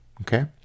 okay